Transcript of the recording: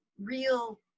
real